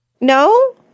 no